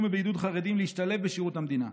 ובעידוד של חרדים להשתלב בשירות המדינה.